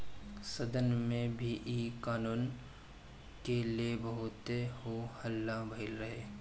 सदन में भी इ कानून के ले बहुते हो हल्ला भईल रहे